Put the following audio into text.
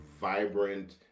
vibrant